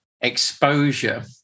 exposure